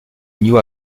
new